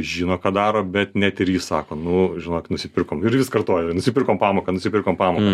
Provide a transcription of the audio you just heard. žino ką daro bet net ir jis sako nu žinot nusipirkom ir vis kartoja nusipirkom pamoką nusipirkom pamoką